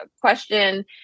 question